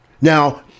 Now